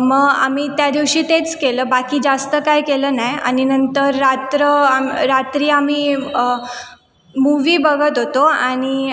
मग आम्ही त्यादिवशी तेच केलं बाकी जास्त काय केलं नाही आणि नंतर रात्र आणि रात्री आम्ही मुवी बघत होतो आणि